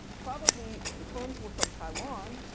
probably the firms were from taiwan.